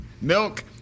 milk